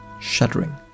shuddering